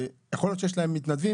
יכול להיות שיש להם מתנדבים.